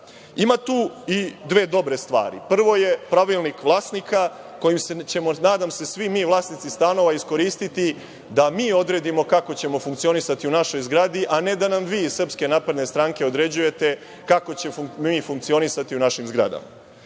tu i dve dobre stvari. Prvo je pravilnik vlasnika kojim ćemo, nadam se, svi mi vlasnici stanova iskoristiti da mi odredimo kako ćemo funkcionisati u našoj zgradi, a ne da nam vi iz SNS određujete kako ćemo mi funkcionisati u našim zgradama.